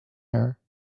her